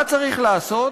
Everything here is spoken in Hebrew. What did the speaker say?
מה צריך לעשות?